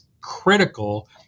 critical